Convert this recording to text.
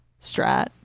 strat